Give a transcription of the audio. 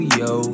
yo